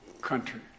country